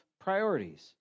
priorities